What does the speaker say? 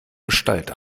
gestalt